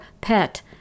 pet